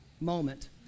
moment